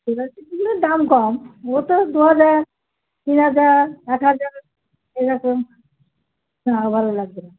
plastic ফুলের দাম কম ও তো দু হাজার তিন হাজার এক হাজার এরকম না ভালো লাগবে না